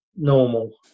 normal